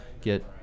get